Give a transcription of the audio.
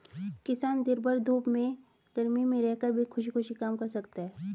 किसान दिन भर धूप में गर्मी में रहकर भी खुशी खुशी काम करता है